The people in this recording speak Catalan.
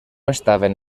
estaven